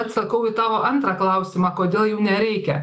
atsakau į tavo antrą klausimą kodėl jų nereikia